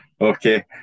Okay